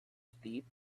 steep